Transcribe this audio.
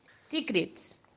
Secrets